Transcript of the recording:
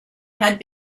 had